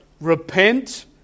Repent